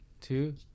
two